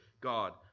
God